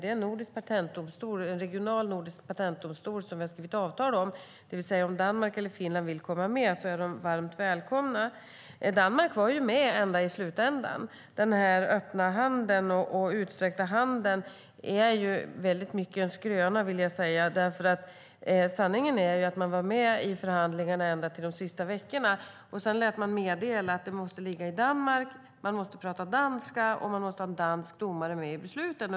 Det är en regional, nordisk patentdomstol som vi har skrivit avtal om. Om Danmark eller Finland vill komma med är de varmt välkomna. Danmark var med ända till slutändan. Den öppna och utsträckta handen är i mycket en skröna. Sanningen är att de var med i förhandlingarna ända till de sista veckorna, och sedan lät de meddela att domstolen måste ligga i Danmark, att man måste prata danska och att man måste ha en dansk domare med i besluten.